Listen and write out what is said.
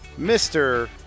Mr